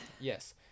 Yes